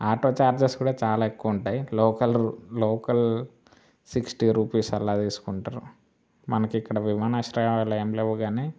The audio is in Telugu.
ఆటో చార్జెస్ కూడా చాలా ఎక్కువ ఉంటాయి లోకల్ లోకల్ సిక్స్టీ రూపీస్ అలా తీసుకుంటారు మనకి ఇక్కడ విమానాశ్రయాలు ఏమి లేవు కానీ